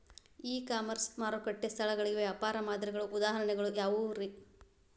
E commerce ಮಾರುಕಟ್ಟೆ ಸ್ಥಳಗಳಿಗೆ ವ್ಯಾಪಾರ ಮಾದರಿಗಳ ಉದಾಹರಣೆಗಳು ಯಾವವುರೇ?